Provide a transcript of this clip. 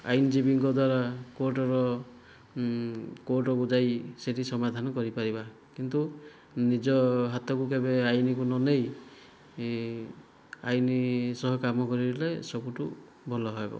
ଆଇନଜୀବୀଙ୍କ ଦ୍ୱାରା କୋର୍ଟର କୋର୍ଟକୁ ଯାଇ ସେଠି ସମାଧାନ କରିପାରିବା କିନ୍ତୁ ନିଜ ହାତକୁ କେବେ ଆଇନ୍କୁ ନ ନେଇ ଆଇନ୍ ସହ କାମ କରିଲେ ସବୁଠୁ ଭଲ ହେବ